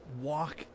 walk